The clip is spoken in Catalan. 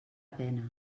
pena